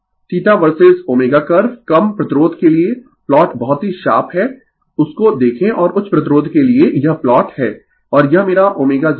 Θ versus ω curve कम प्रतिरोध के लिए प्लॉट बहुत ही शार्प है उसको देखें और उच्च प्रतिरोध के लिए यह प्लॉट है और यह मेरा ω0 है